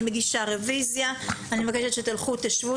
אני מגישה רביזיה ואני מבקשת שתלכו ותשבו